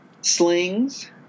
slings